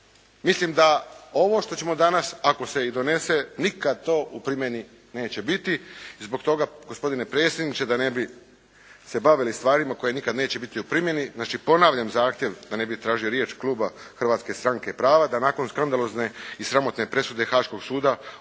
mislim da ovo što ćemo danas ako se i donese, nikad to u primjeni neće biti. Zbog toga gospodine predsjedniče, da ne bi se bavili stvarima koje nikad neće biti u primjeni, znači ponavljam zahtjev da ne bi tražio riječ kluba Hrvatske stranke prava, da nakon skandalozne i sramotne presude Haškog suda